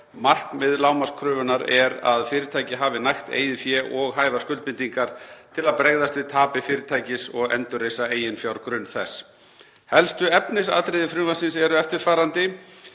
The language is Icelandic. Markmið lágmarkskröfunnar er að fyrirtæki hafi nægt eigið fé og hæfar skuldbindingar til að bregðast við tapi fyrirtækis og endurreisa eiginfjárgrunn þess. Helstu efnisatriði frumvarpsins eru eftirfarandi: